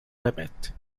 limit